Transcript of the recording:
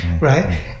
right